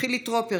חילי טרופר,